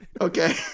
Okay